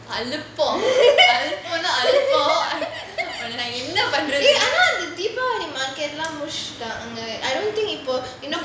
album album னா:naa album உன்ன நான் என்ன பண்றது:unna naan enna pandrathu deepavali market அங்க:anga I don't think இப்போ இன்னும்:ippo innum